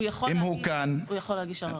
הוא יכול להגיש עררים.